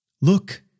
Look